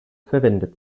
verwendet